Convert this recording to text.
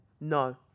No